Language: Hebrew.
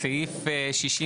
הוא סעיף 66